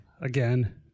again